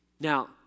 Now